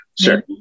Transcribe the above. Sure